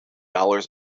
dollars